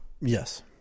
Yes